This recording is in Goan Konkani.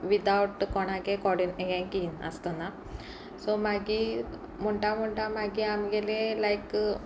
विदावट कोणाके कडेन हें कीन आसतना सो मागीर म्हणटा म्हणटा मागीर आमगेले लायक